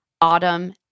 Autumn